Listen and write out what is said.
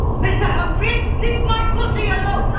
mr. humphrey, leave my pussy alone